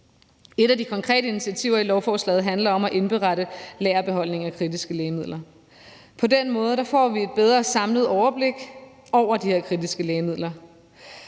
Et af de konkrete initiativer i lovforslaget handler om at indberette lagerbeholdningen af kritiske lægemidler. På den måde får vi et bedre samlet overblik over de her kritiske lægemidler,